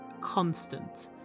constant